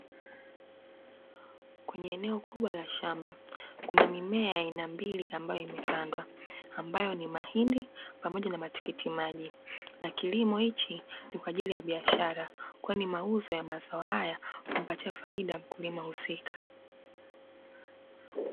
Kwenye eneo kubwa la shamba, kuna mimea ya aina mbili ambayo imepandwa ambayo ni mahindi pamoja na matikiti maji. Na kilimo hichi, ni kwa ajili ya biashara, kwani mauzo ya mazao haya humpatia faida mkulima husika.